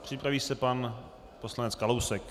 Připraví se pan poslanec Kalousek.